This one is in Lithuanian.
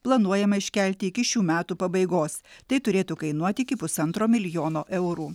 planuojama iškelti iki šių metų pabaigos tai turėtų kainuot iki pusantro milijono eurų